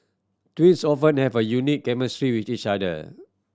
twins often have a unique chemistry with each other